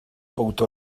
bowdr